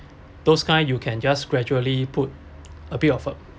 those kind you can just gradually put a bit of a